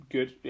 Good